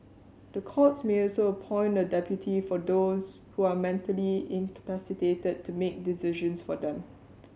the courts may also appoint a deputy for those who are mentally incapacitated that to make decisions for them